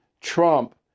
Trump